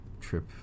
trip